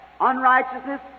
unrighteousness